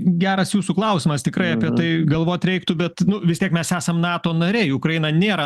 geras jūsų klausimas tikrai apie tai galvot reiktų bet vis tiek mes esam nato nariai ukraina nėra